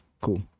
Cool